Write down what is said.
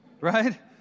right